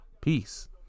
Peace